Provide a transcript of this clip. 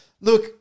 look